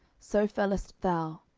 so fellest thou.